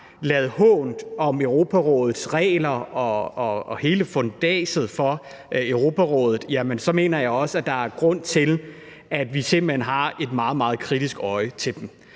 ladet hånt om Europarådets regler og hele fundatsen for Europarådet, jamen så mener jeg også, at der er grund til, at vi simpelt hen har et meget, meget kritisk øje til